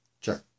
Check